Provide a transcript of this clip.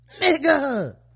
Nigga